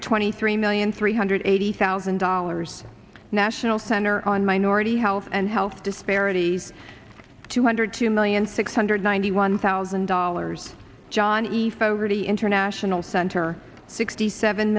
twenty three million three hundred eighty thousand dollars national center on minority health and health disparities two hundred two million six hundred ninety one thousand dollars john e fogarty international center sixty seven